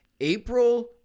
April